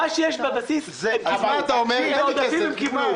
חבר'ה, מה שיש בבסיס התקציב הם קיבלו.